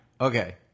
Okay